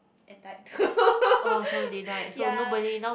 and died ya